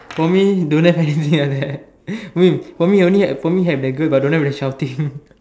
for me don't have anything near there for me for me only have for me have the girl but don't have the shouting